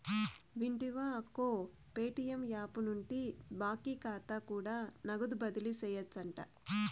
వింటివా అక్కో, Paytm app నుండి బాకీ కాతా కూడా నగదు బదిలీ సేయొచ్చంట